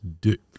dick